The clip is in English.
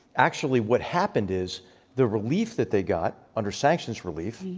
actually, what happened is the relief that they got under sanctions relief,